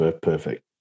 perfect